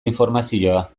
informazioa